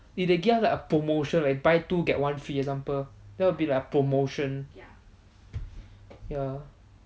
if they give us like a promotion right buy two get one free example then will be like promotion ya